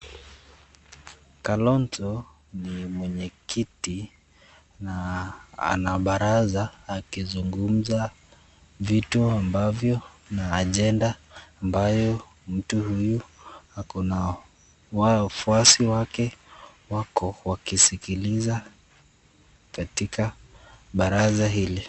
Kalonzo ndiye mwenyekiti na ana baraza akizungumza vitu ambavyo ni ajenda ambayo mtu huyu ako na wafuasi wake wako wakisikiliza katika baraza hili.